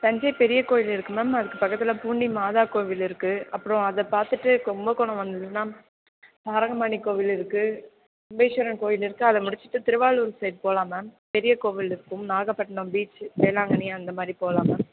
தஞ்சை பெரிய கோயில் இருக்குது மேம் அதுக்கு பக்கத்தில் பூண்டி மாதா கோவில் இருக்குது அப்பறம் அதை பார்த்துட்டு கும்பகோணம் வந்தீங்கன்னால் சாரங்கபாணி கோவில் இருக்குது கும்பேஷ்வரன் கோவில் இருக்குது அதை முடிச்சிட்டு திருவாலூர் சைட் போகலாம் மேம் பெரிய கோவில் இருக்கும் நாகப்பட்டினம் பீச்சி வேளாங்கண்ணி அந்த மாதிரி போகலாம் மேம்